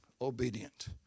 obedient